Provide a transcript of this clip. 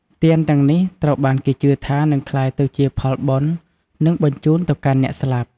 ទានទាំងនេះត្រូវបានគេជឿថានឹងក្លាយទៅជាផលបុណ្យ និងបញ្ជូនទៅកាន់អ្នកស្លាប់។